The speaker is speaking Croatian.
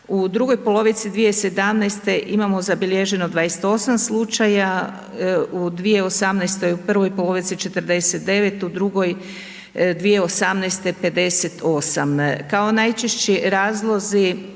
U drugoj polovici 2017. imamo zabilježeno 28 slučaja, u 2018. u prvoj polovici 49, u drugoj 2018., 58. Kao najčešći razlozi